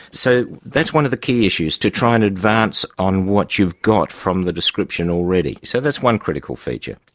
so that's one of the key issues, to try and advance on what you've got from the description already. so that's one critical feature.